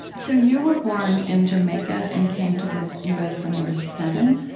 so you were born in jamaica and came to the u s. when you were seven?